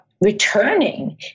returning